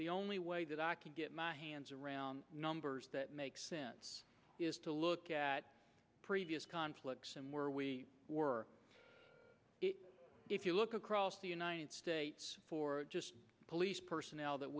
the only way that i could get my hands around numbers that make sense is to look at previous conflicts and where we were if you look across the united states for police personnel that